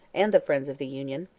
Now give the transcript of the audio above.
and the friends of the union.